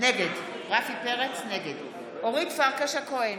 נגד אורית פרקש הכהן,